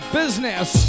business